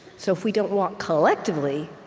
so if we don't walk collectively,